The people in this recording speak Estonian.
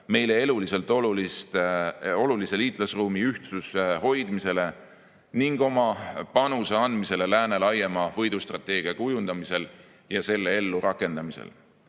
meile eluliselt olulise liitlasruumi ühtsuse hoidmisele ning oma panuse andmisele lääne laiema võidustrateegia kujundamisel ja selle ellurakendamisel. Passiivse